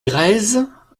grèzes